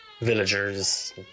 villagers